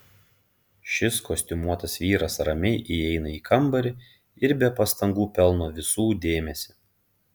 šis kostiumuotas vyras ramiai įeina į kambarį ir be pastangų pelno visų dėmesį